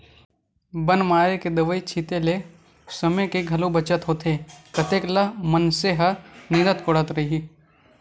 बन मारे के दवई छिते ले समे के घलोक बचत होथे कतेक ल मनसे ह निंदत कोड़त रइही